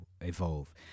evolve